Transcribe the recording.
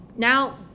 Now